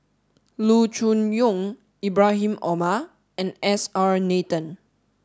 Loo Choon Yong Ibrahim Omar and S R Nathan